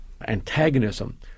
antagonism